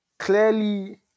Clearly